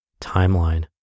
timeline